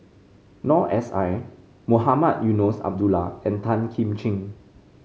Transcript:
Noor S I Mohamed Eunos Abdullah and Tan Kim Ching